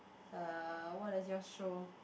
uh what does yours show